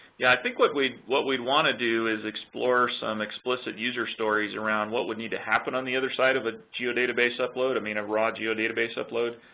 yeah, i think what we'd what we'd want to do is explore some explicit user stories around what would need to happen on the other side of a geodatabase upload, i mean a raw geodatabase upload.